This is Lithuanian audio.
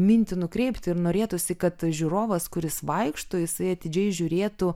mintį nukreipti ir norėtųsi kad žiūrovas kuris vaikšto jisai atidžiai žiūrėtų